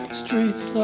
streets